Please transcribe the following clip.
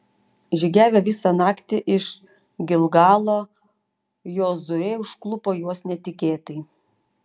žygiavęs visą naktį iš gilgalo jozuė užklupo juos netikėtai